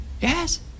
Yes